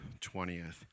20th